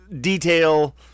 detail